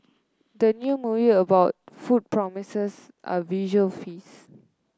the new movie about food promises a visual feast